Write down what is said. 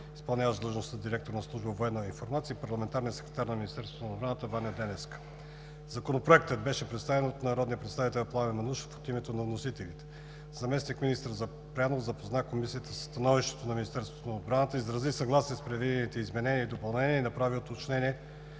изпълняващ длъжността директор на Служба „Военна информация“, и парламентарният секретар на Министерството на отбраната Ваня Деневска. Законопроектът беше представен от народния представител Пламен Манушев от името на вносителите. Заместник-министър Запрянов запозна Комисията със становището на Министерството на отбраната, изрази съгласие с предвидените изменения и допълнения и направи уточнения